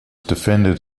defended